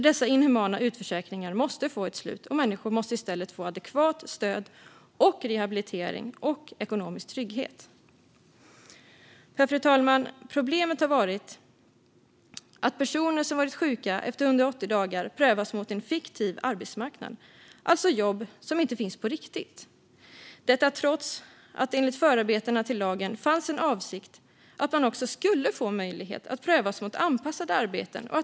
Dessa inhumana utförsäkringar måste få ett slut, och människor måste i stället få adekvat stöd, rehabilitering och ekonomisk trygghet. Fru talman! Problemet har varit att efter 180 dagar prövas personer som varit sjuka mot en fiktiv arbetsmarknad, alltså mot jobb som inte finns på riktigt. Detta görs trots att det enligt lagens förarbeten fanns en avsikt att man skulle få möjlighet att prövas mot anpassade arbeten.